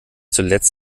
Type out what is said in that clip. zuletzt